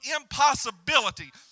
impossibility